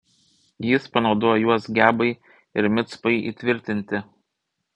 jis panaudojo juos gebai ir micpai įtvirtinti